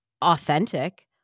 authentic